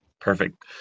Perfect